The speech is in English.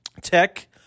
Tech